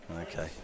okay